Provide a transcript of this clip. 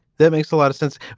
that makes a lot of sense.